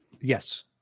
Yes